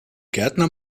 gärtner